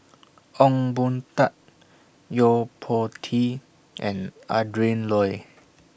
Ong Boon Tat Yo Po Tee and Adrin Loi